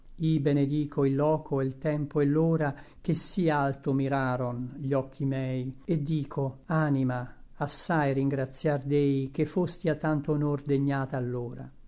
i benedico il loco e l tempo et l'ora che sí alto miraron gli occhi mei et dico anima assai ringratiar di che fosti a tanto honor degnata allora